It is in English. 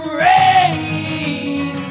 rain